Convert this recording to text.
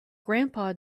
grandpa